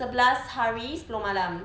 sebelas hari sepuluh malam